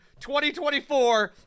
2024